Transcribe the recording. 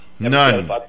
None